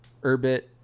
Erbit